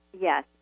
Yes